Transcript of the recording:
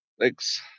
Thanks